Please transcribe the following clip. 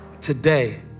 today